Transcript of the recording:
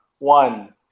One